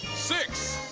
six.